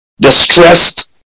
distressed